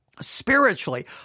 spiritually